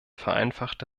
vereinfachte